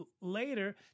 later